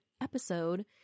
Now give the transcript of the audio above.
episode